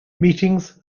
meetings